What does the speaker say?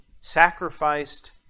sacrificed